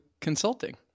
consulting